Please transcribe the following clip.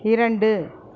இரண்டு